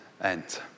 end